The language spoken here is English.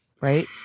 Right